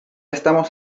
estamos